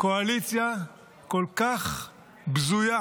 קואליציה כל כך בזויה,